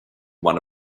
one